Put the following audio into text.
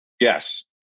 Yes